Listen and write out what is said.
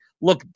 Look